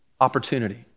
opportunity